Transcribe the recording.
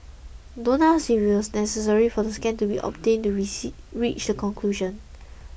don't ask if it was necessary for the scan to be obtained to reach the conclusion